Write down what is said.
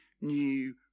new